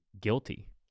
guilty